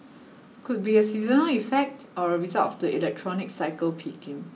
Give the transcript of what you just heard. could be a seasonal effect or a result of the electronics cycle peaking